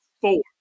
four